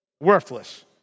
Worthless